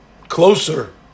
closer